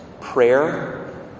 Prayer